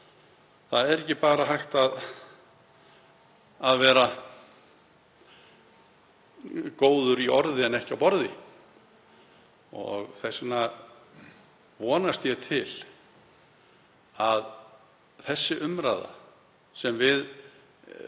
Það er ekki hægt að vera bara góður í orði en ekki á borði. Þess vegna vonast ég til að sú umræða sem við